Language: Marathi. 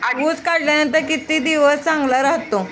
ऊस काढल्यानंतर किती दिवस चांगला राहतो?